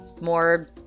more